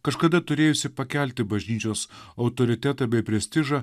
kažkada turėjusi pakelti bažnyčios autoritetą bei prestižą